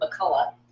McCullough